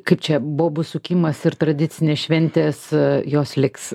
kaip čia bobų sukimas ir tradicinės šventės jos liks